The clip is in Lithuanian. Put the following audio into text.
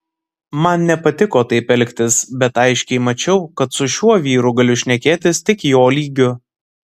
man nepatiko taip elgtis bet aiškiai mačiau kad su šiuo vyru galiu šnekėtis tik jo lygiu